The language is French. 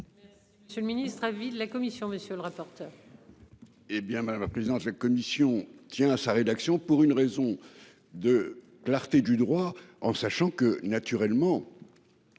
Seul ministre avis de la commission, monsieur le rapport. Hé bien, madame la présidente de la Commission tient à sa rédaction pour une raison de clarté du droit en sachant que naturellement.